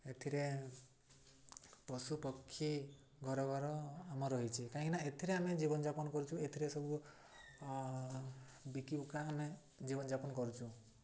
ଏଥିରେ ପଶୁପକ୍ଷୀ ଘର ଘର ଆମ ରହିଛି କାହିଁକିନା ଏଥିରେ ଆମେ ଜୀବନଯାପନ କରୁଛୁ ଏଥିରେ ସବୁ ବିକିବୁକାକି ଆମେ ଜୀବନଯାପନ କରୁଛୁ